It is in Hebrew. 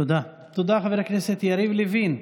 תודה, תודה חבר הכנסת יריב לוין.